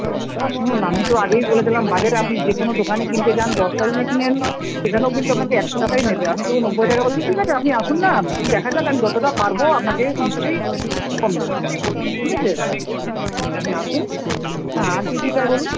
দশটা শুনুন না আমি তো আগেই বলে দিলাম বাজারে আপনি যে কোনো দোকানে কিনতে যান দশটা যদি কিনেন সেখানোও কিন্তু আপনাকে একশো টাকাই নেবে আমি তবু নব্বই টাকা বলেছি ঠিক আছে আপনি আসুন না দেখা যাক আমি যতটা পারবো আপনাকে নিশ্চয়ই কম দেবো ঠিক আছে আপনি আসুন হ্যাঁ আর কী কী চাই বলুন